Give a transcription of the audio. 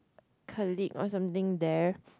colleague or something there